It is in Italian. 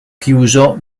chiuso